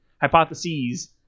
hypotheses